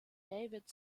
david